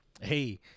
Hey